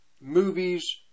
movies